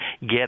get